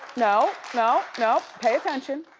no, no, no pay attention.